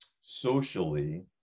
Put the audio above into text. socially